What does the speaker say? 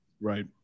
Right